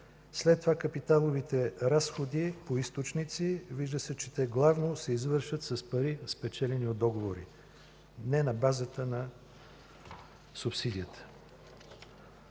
Следват капиталовите разходи по източници – вижда се, че те главно се извършват с пари, спечелени от договори, а не на базата на субсидията.